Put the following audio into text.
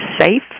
safe